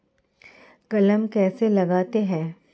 कलम कैसे लगाते हैं?